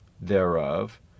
thereof